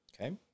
okay